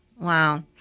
wow